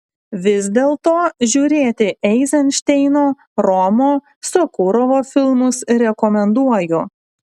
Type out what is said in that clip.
vis dėlto žiūrėti eizenšteino romo sokurovo filmus rekomenduoju